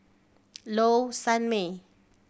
Low Sanmay